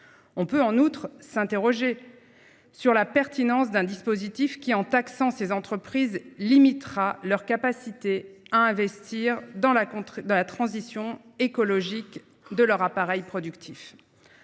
On peut, en outre, s’interroger sur la pertinence d’un dispositif qui, en taxant ces entreprises, limitera leurs capacités à investir dans la transition écologique de leur appareil productif.